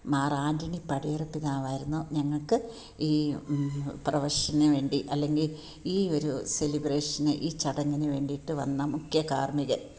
Mar Antony പടിയറത്ത് കാവായിരുന്നു ഞങ്ങൾക്ക് ഈ പ്രഫഷന് വേണ്ടി അല്ലെങ്കിൽ ഈ ഒരു സെലിബ്രേഷന് ഈ ചടങ്ങിന് വേണ്ടിയിട്ട് വന്ന മുഖ്യ കാർമ്മികൻ